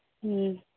ᱦᱮᱸ